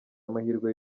amahirwe